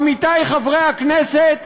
עמיתי חברי הכנסת,